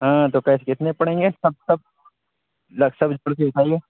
ہاں تو کیش کتنے پڑیں گے تب تک لم سم جوڑ کے بتائیے